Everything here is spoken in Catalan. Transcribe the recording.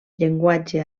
llenguatge